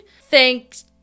Thanks